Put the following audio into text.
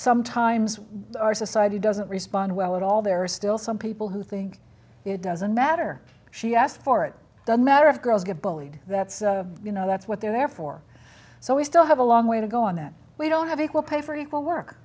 sometimes our society doesn't respond well at all there are still some people who think it doesn't matter she asked for it doesn't matter if girls get bullied that's you know that's what they're there for so we still have a long way to go on that we don't have equal pay for equal work